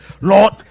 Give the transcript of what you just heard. lord